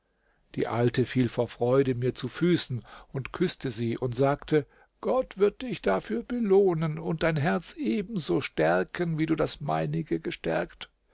die alte fiel vor freude mir zu füßen und küßte sie und sagte gott wird dich dafür belohnen und dein herz eben so stärken wie du das meinige gestärkt